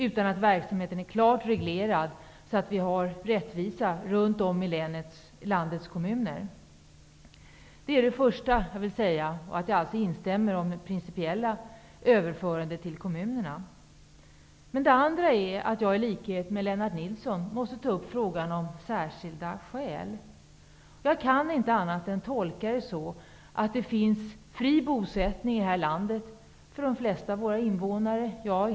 Verksamheten skall vara klart reglerad, så att vi får rättvisa runt om i landets kommuner. Jag instämmer alltså när det gäller principiella överförandet till kommunerna. Sedan måste jag i likhet med Lennart Nilsson ta upp frågan om särskilda skäl. Jag kan inte tolka det på annat sätt än att det finns fri bosättning i det här landet för de flesta av våra invånare.